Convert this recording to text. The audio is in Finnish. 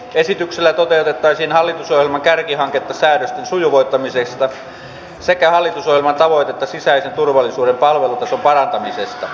esityksellä toteutettaisiin hallitusohjelman kärkihanketta säädösten sujuvoittamisesta sekä hallitusohjelman tavoitetta sisäisen turvallisuuden palvelutason parantamisesta